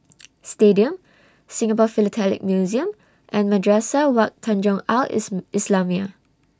Stadium Singapore Philatelic Museum and Madrasah Wak Tanjong Al IS Islamiah